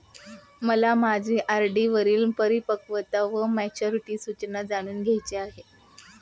मला माझ्या आर.डी वरील परिपक्वता वा मॅच्युरिटी सूचना जाणून घ्यायची आहे